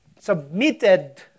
submitted